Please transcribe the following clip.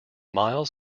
miles